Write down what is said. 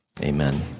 amen